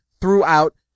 throughout